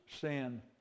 sin